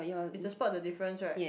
it's a spot the difference right